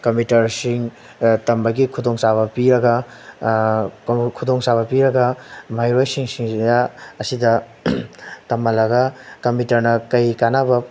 ꯀꯝꯄ꯭ꯌꯨꯇꯔꯁꯤꯡ ꯇꯝꯕꯒꯤ ꯈꯨꯗꯣꯡ ꯆꯥꯕ ꯄꯤꯔꯒ ꯈꯨꯗꯣꯡ ꯆꯥꯕ ꯄꯤꯔꯒ ꯃꯍꯩꯔꯣꯏꯁꯤꯡꯁꯤꯡꯁꯤꯗ ꯑꯁꯤꯗ ꯇꯝꯍꯜꯂꯒ ꯀꯝꯄ꯭ꯌꯨꯇꯔꯅ ꯀꯩ ꯀꯥꯟꯅꯕ